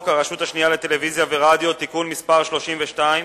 הרשות השנייה לטלוויזיה ורדיו (תיקון מס' 32),